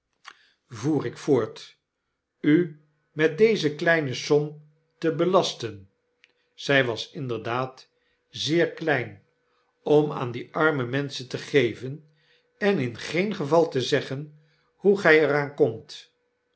voer ik voort u met deze kleine som te belasten zy was inderdaad zeer klein om aan die arme menschen te geven en in geen geval te zeggen hoe gtj er aan komt